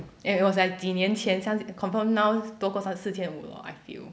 and it was like 几年前 sa~ confirm now 多过三四千五 I feel